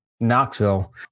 Knoxville